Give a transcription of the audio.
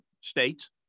states